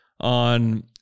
on